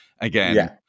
again